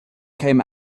came